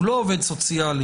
הוא לא עובד סוציאלי.